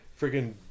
freaking